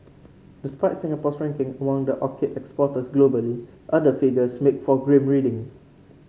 despite Singapore's ranking among the orchid exporters globally other figures make for grim reading